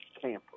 camper